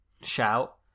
shout